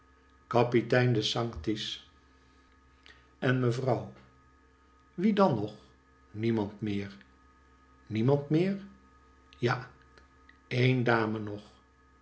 kapitein de sanctis en mevrouw wie dan nog niemand meer niemand meer ja een dame nog